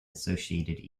associated